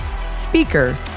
speaker